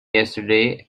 yesterday